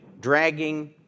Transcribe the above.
dragging